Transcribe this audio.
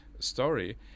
story